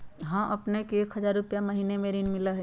हां अपने के एक हजार रु महीने में ऋण मिलहई?